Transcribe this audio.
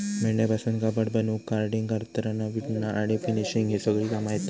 मेंढ्यांपासून कापड बनवूक कार्डिंग, कातरना, विणना आणि फिनिशिंग ही सगळी कामा येतत